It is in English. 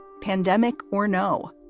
pandemic or no.